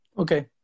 Okay